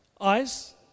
Eyes